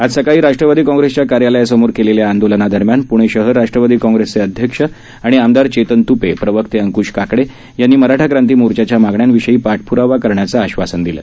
आज सकाळी राष्ट्रवादी काँग्रेसच्या कार्यालयासमोर केलेल्या आंदोलनादरम्यान प्णे शहर राष्ट्रवादी काँग्रेसचे अध्यक्ष आणि आमदार चेतन त्पे प्रवक्ते अंकूश काकडे यांनी मराठा क्रांती मोर्चच्या मागण्याविषयी पाठप्रावा करण्याचं आश्वासन दिलं